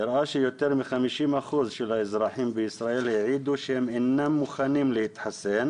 הראה שיותר מ-50% מהאזרחים בישראל העידו שהם אינם מוכנים להתחסן,